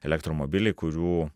elektromobiliai kurių